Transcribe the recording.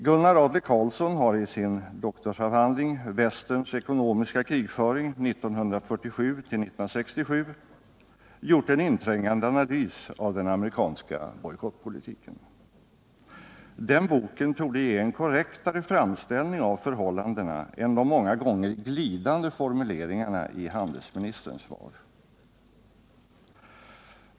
Gunnar Adler-Karlsson har i sin doktorsavhandling Västerns ekonomiska krigföring 1947-1967 gjort en inträngande analys av den amerikanska bojkottpolitiken. Den boken torde ge en korrektare framställning av förhållandena än de många gånger glidande formuleringarna i handelsministerns svar.